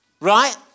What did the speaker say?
right